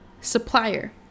supplier